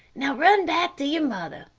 now, run back to your mother,